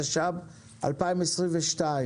התשפ"ב-2022.